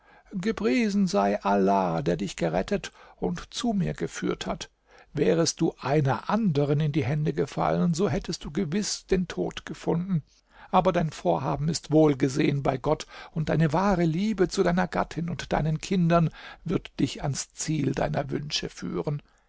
gepriesen sei allah der dich gerettet und zu mir geführt hat wärest du einer anderen in die hände gefallen so hättest du gewiß den tod gefunden aber dein vorhaben ist wohlgesehen bei gott und deine wahre liebe zu deiner gattin und deinen kindern wird dich ans ziel deiner wünsche führen